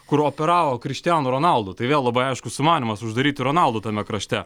kur operavo kristiano ronaldo tai vėl labai aiškus sumanymas uždaryti ronaldo tame krašte